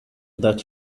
that